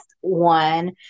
one